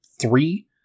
three